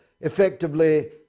effectively